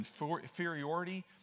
inferiority